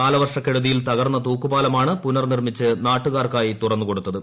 കാലവർഷക്കെടുതിയിൽ ത്തകർന്ന തൂക്കുപാലമാണ് പുനർ നിർമ്മിച്ച് നാട്ടുകാർക്കായി തുറന്നു കൊടുത്തത്